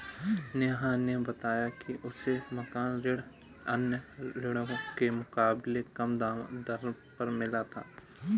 नेहा ने बताया कि उसे मकान ऋण अन्य ऋणों के मुकाबले कम दर पर मिला था